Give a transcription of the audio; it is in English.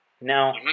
Now